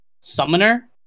Summoner